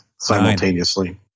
simultaneously